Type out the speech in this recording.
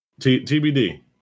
TBD